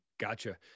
Gotcha